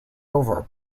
over